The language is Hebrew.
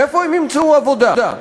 איפה הם ימצאו עבודה?